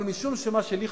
אבל משום שמה שלי חשוב,